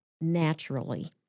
naturally